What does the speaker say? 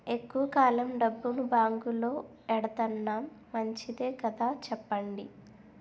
ఎక్కువ కాలం డబ్బును బాంకులో ఎడతన్నాం మంచిదే కదా చెప్పండి